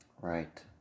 Right